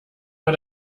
mal